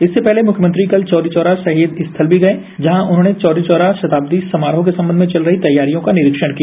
इससे पहले मुख्यमंत्री कल चौरी चौरा शहीद स्थल भी गए जहां उन्होंने चौरा चौरा शताब्दी समारोह के सम्बंध में चल रही तैयारियों का निरीक्षण किया